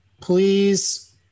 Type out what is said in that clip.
please